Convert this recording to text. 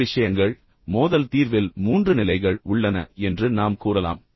இந்த விஷயங்கள் மோதல் தீர்வில் மூன்று நிலைகள் உள்ளன என்று நாம் கூறலாம்